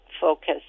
focus